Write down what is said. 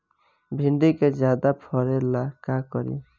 भिंडी के ज्यादा फरेला का करी?